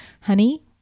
honey